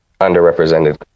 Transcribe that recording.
underrepresented